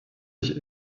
sich